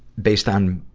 based on,